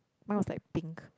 mine was like pink